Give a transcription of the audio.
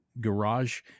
garage